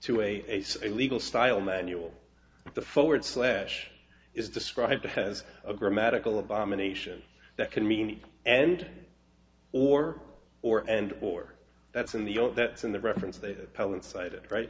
to a legal style manual the forward slash is described as a grammatical abomination that can mean and or or and or that's in the that's in the reference the